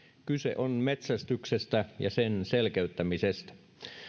kyse on metsästyksestä ja sen selkeyttämisestä